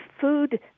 food